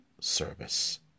service